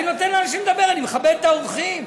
אני נותן לאנשים לדבר, אני מכבד את האורחים,